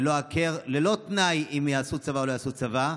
ללא הכר וללא תנאי אם יעשו צבא או לא יעשו צבא,